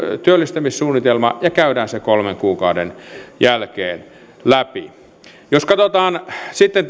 työllistämissuunnitelma ja käydään se kolmen kuukauden jälkeen läpi jos katsotaan sitten